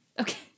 Okay